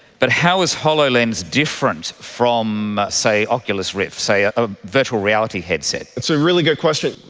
but how is hololens different from, say, oculus rift, say ah a virtual reality headset? that's a really good question.